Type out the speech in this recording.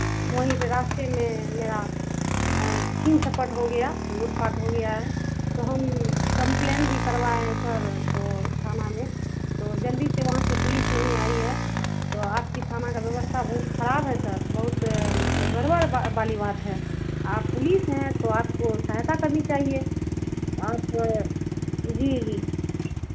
वहीं पे रास्ते में मेरा छीन झपट हो गया लूटपाट हो गया है तो हम कंप्लेन भी करवाए हैं सर तो थाना में तो जल्दी से वहाँ से पुलिस नहीं आई है तो आपकी थाना का व्यवस्था बहुत खराब है सर बहुत मतलब गड़बड़ वाली बात है आप पुलिस हैं तो आपको सहायता करनी चाहिए आप जी जी